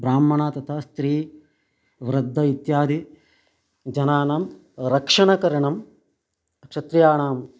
ब्राह्मणाः तथा स्त्री वृद्धाः इत्यादि जनानां रक्षणं करणं क्षत्रियाणां